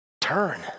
turn